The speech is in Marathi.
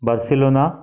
बर्सिलोना